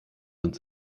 sind